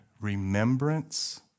remembrance